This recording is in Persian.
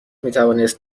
میتوانست